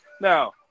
Now